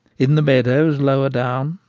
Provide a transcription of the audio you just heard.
in the meadows lower down,